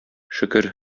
шөкер